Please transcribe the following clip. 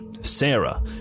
Sarah